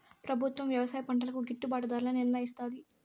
ప్రభుత్వం వ్యవసాయ పంటలకు గిట్టుభాటు ధరలను నిర్ణయిస్తాది